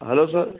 hello sir